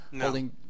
holding